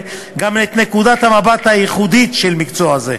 גם את נקודת המבט הייחודית של מקצוע זה.